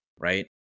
right